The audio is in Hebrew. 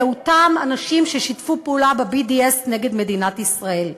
אלה אותם אנשים ששיתפו פעולה ב-BDS נגד מדינת ישראל.